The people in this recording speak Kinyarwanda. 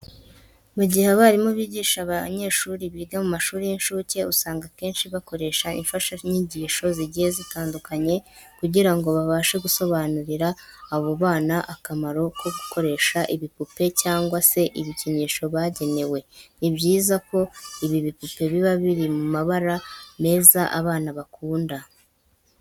Mu gihe abarimu bigisha abanyeshuri biga mu mashuri y'incuke usanga akenshi bakoresha imfashanyigisho zigiye zitandukanye kugira ngo babashe gusobanurira abo bana akamaro ko gukoresha ibipupe cyangwa se ibikinisho bagenewe. Ni byiza ko ibi bipupe biba biri mu mabara meza abana bakunda.